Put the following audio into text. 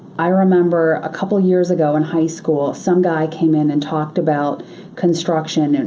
i remember a couple of years ago in high school, some guy came in and talked about construction. and